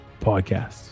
podcasts